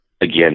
again